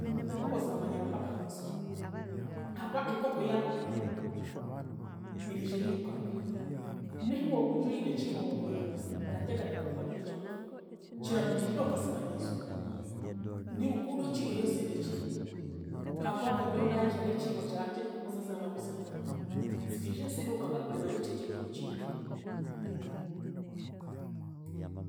Enkoko ziramanya bakama baazo ahaakuba enkoko yaakureeba, eriija eriirukanga. N'ehi wookwija oine ekiibo mungaro, erateekateeka ngu harimu ekyokurya. Kirarugiirira okazimanyiiza ota, ni rukundo ki ei ozoorekire haakuba nka nyowe naija n'ekiibo kyangye, enkoko zo ziramanya ngu zirenda kurya. Ziriije zirirukanga kureeba niki ekiri omukiibo.